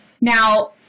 Now